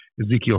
Ezekiel